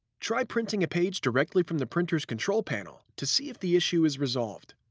try printing a page directly from the printer's control panel to see if the issue is resolved.